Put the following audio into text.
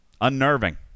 unnerving